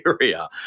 area